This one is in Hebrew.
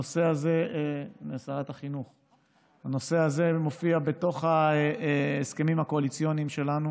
הנושא הזה מופיע בתוך ההסכמים הקואליציוניים שלנו.